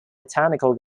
botanical